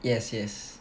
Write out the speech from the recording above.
yes yes